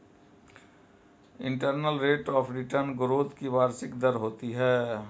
internal rate of return growth की वार्षिक दर होती है